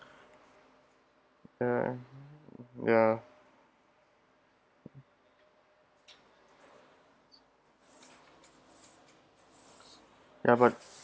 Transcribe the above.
ya ya ya but